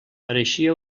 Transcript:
pareixia